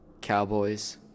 Cowboys